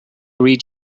read